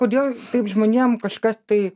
kodėl taip žmonėm kažkas tai